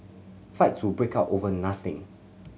fights would break out over nothing